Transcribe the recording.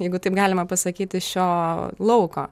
jeigu taip galima pasakyti šio lauko